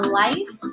life